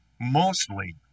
mostly